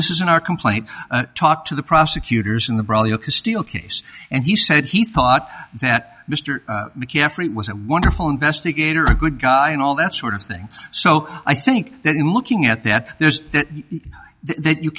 this is in our complaint talk to the prosecutors in the brilliant steelcase and he said he thought that mr mccaffrey was a wonderful invest a gator a good guy and all that sort of thing so i think that in looking at that there's